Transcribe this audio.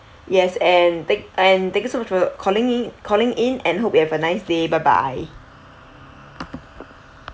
yes and thank and thank you so much for calling in calling in and hope you have a nice day bye bye